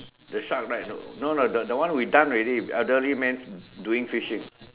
the shark right no lah that one we done already the remains doing fishing